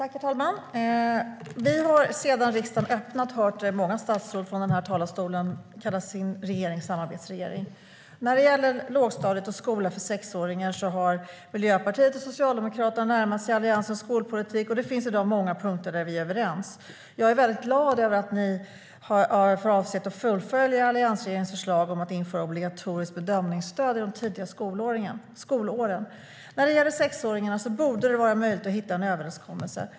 Herr talman! Vi har sedan riksdagen öppnade hört många statsråd i talarstolen kalla sin regering samarbetsregering. När det gäller lågstadiet och skola för sexåringar har Miljöpartiet och Socialdemokraterna närmat sig Alliansens skolpolitik, och det finns i dag många punkter där vi är överens. Jag är glad över att ni har för avsikt att fullfölja alliansregeringens förslag att införa obligatoriskt bedömningsstöd i de tidiga skolåren. När det gäller sexåringar borde det vara möjligt att hitta en överenskommelse.